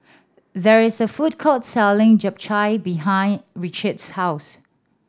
there is a food court selling Japchae behind Ritchie's house